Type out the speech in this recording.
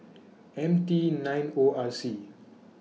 M T nine O R C